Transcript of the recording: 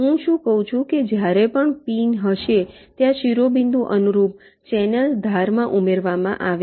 હું શું કહું છું કે જ્યારે પણ પિન હશે ત્યાં શિરોબિંદુ અનુરૂપ ચેનલ ધારમાં ઉમેરવામાં આવે છે